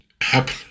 happen